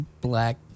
Black